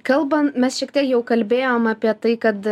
kalbant mes šiek tiek jau kalbėjom apie tai kad